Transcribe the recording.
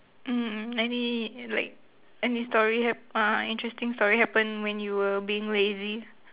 mm any like any story hap~ uh interesting story happen when you were being lazy